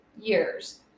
years